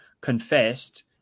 confessed